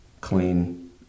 clean